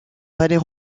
palais